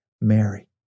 Mary